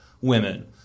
women